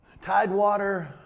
Tidewater